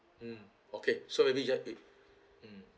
mm okay so maybe ju~ mm